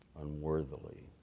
unworthily